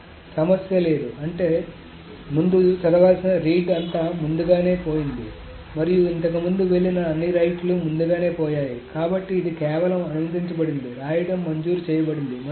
కాబట్టి సమస్య లేదు అంటే ముందు చదవాల్సిన రీడ్ అంతా ముందుగానే పోయింది మరియు ఇంతకు ముందు వెళ్ళిన అన్ని రైట్ లు ముందుగానే పోయాయి కాబట్టి ఇది కేవలం అనుమతించబడింది రాయడం మంజూరు చేయబడింది